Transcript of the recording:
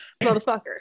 motherfucker